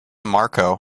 marco